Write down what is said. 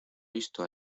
visto